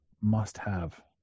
must-have